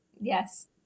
Yes